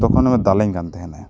ᱛᱚᱠᱷᱚᱱᱮ ᱫᱟᱞᱤᱧ ᱠᱟᱱ ᱛᱟᱦᱮᱱᱮ